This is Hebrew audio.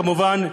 כמובן,